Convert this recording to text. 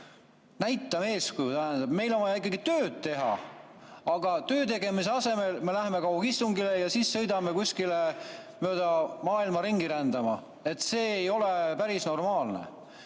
Näitame eeskuju! Meil on vaja ikkagi tööd teha. Aga töö tegemise asemel me läheme kaugistungile ja siis sõidame kuskile mööda maailma ringi rändama. See ei ole päris normaalne.